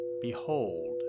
behold